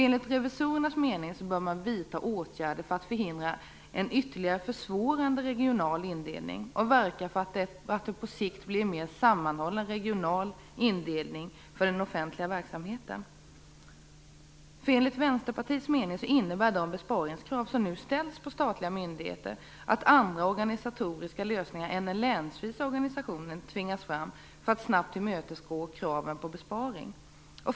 Enligt revisorernas mening bör man vidta åtgärder för att förhindra en ytterligare försvårande regional indelning och verka för att det på sikt blir en mer sammanhållen regional indelning för den offentliga verksamheten. Enligt Vänsterpartiets mening innebär de besparingskrav som nu ställs på statliga myndigheter att andra organisatoriska lösningar eller länsvisa organisationer tvingas fram för att snabbt tillmötesgå kraven på besparing.